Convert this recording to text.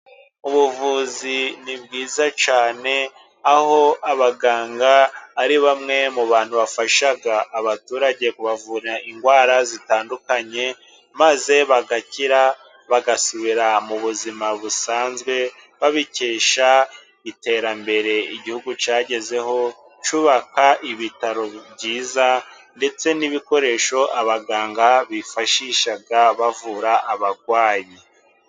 Ubuvuzi ni bwiza cyane . Aho abaganga ari bamwe mu bantu bafasha abaturage kubavura indwara zitandukanye. Maze bagakira bagasubira mu buzima busanzwe , babikesha iterambere igihugu cyagezeho cyubaka ibitaro byiza ,ndetse n'ibikoresho abaganga bifashisha bavura abarwayi.